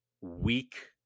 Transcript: weak